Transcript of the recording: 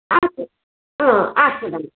ಹಾಂ ಹ್ಞೂ ಆಯ್ತು ಬಿಡಮ್ಮ